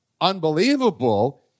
unbelievable